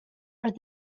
are